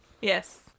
Yes